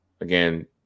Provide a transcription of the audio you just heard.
again